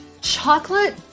Chocolate